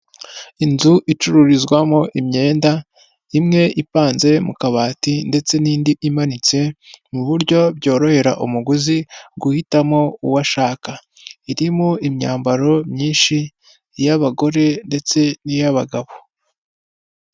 Inzu icururizwamo imyenda imwe ipanze mu kabati ndetse n'indi imanitse mu buryo byorohera umugozi guhitamo uwashaka, irimo imyambaro myinshi ni iy'abagore ndetse n'iy'abagabo.